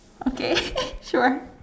okay sure